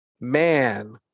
Man